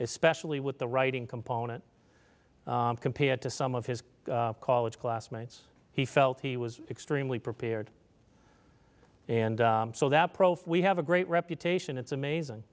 especially with the writing component compared to some of his college classmates he felt he was extremely prepared and so that profe we have a great reputation it's amazing